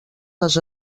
les